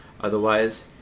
otherwise